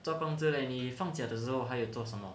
做工之类你放假的时候还有做什么